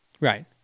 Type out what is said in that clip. Right